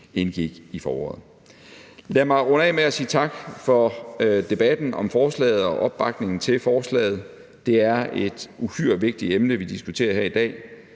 indgik i foråret. Lad mig runde af med at sige tak for debatten om forslaget og for opbakningen til forslaget. Det er et uhyre vigtigt emne, vi diskuterer her i dag.